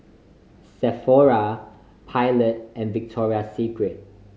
Sephora Pilot and Victoria Secret